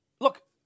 Look